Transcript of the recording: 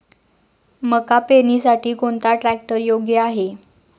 मका पेरणीसाठी कोणता ट्रॅक्टर योग्य आहे?